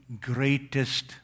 greatest